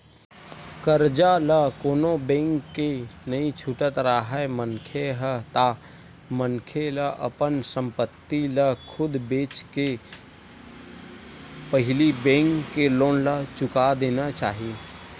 करजा ल कोनो बेंक के नइ छुटत राहय मनखे ह ता मनखे ला अपन संपत्ति ल खुद बेंचके के पहिली बेंक के लोन ला चुका देना चाही